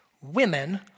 women